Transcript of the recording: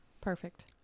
perfect